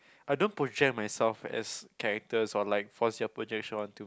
I don't project myself as characters or like force your projection onto